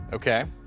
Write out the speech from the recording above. okay.